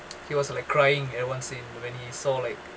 he was like crying at a one scene when he saw like